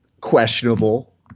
Questionable